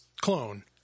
clone